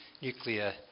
nuclear